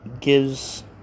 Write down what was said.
gives